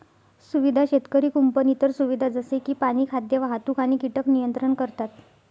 सुविधा शेतकरी कुंपण इतर सुविधा जसे की पाणी, खाद्य, वाहतूक आणि कीटक नियंत्रण करतात